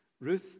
Ruth